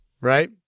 right